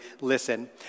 listen